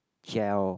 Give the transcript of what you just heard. gel